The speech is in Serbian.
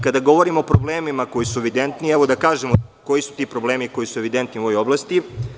Kada govorimo o problemima koji su evidentni, da kažemo koji su ti problemi koji su evidentni u ovoj oblasti.